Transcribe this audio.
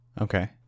okay